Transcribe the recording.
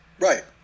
Right